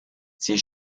ces